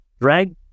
drag